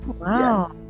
Wow